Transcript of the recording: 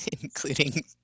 including